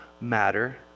matter